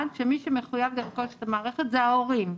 שמי שמחויב לרכוש את המערכת זה ההורים.